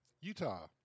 Utah